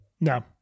No